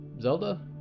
Zelda